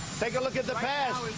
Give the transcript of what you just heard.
take a look at the past.